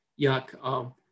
yuck